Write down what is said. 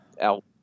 out